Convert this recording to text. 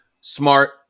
Smart